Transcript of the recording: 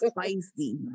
spicy